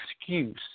excuse